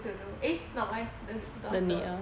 eh not wife the daughter